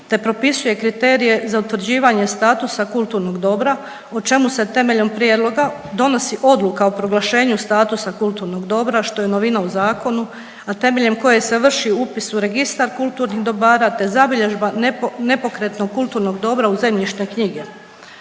te propisuje kriterije za utvrđivanje statusa kulturnog dobra, o čemu se temeljom prijedloga donosi odluka o proglašenju statusa kulturnog dobra, što je novina u zakonu, a temeljem koje se vrši upis u registar kulturnih dobara te zabilježba nepokretnog kulturnog dobra u zemljišne knjige.